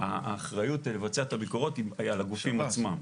האחריות לביצוע הביקורות היא על הגופים עצמם.